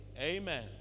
Amen